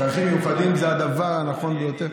צרכים מיוחדים זה הדבר הנכון ביותר.